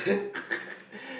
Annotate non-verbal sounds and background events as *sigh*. *laughs*